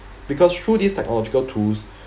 because through these technological tools